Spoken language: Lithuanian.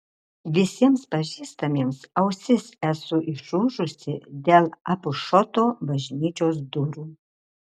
visiems pažįstamiems ausis esu išūžusi dėl apušoto bažnyčios durų